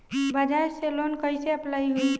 बजाज से लोन कईसे अप्लाई होई?